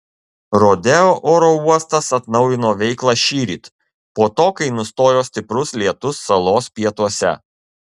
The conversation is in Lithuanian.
rodeo oro uostas atnaujino veiklą šįryt po to kai nustojo stiprus lietus salos pietuose